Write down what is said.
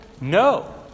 No